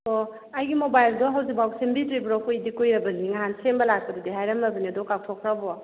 ꯑꯣ ꯑꯩꯒꯤ ꯃꯣꯕꯥꯏꯜꯗꯣ ꯍꯧꯖꯤꯛꯐꯥꯎ ꯁꯦꯝꯕꯤꯗ꯭ꯔꯤꯕ꯭ꯔꯣ ꯀꯨꯏꯗꯤ ꯀꯨꯏꯔꯕꯅꯤ ꯅꯍꯥꯟ ꯁꯦꯝꯕ ꯂꯥꯛꯄꯗꯗꯤ ꯍꯥꯏꯔꯝꯃꯕꯅꯤ ꯑꯗꯣ ꯀꯥꯎꯊꯣꯛꯈ꯭ꯔꯕꯣ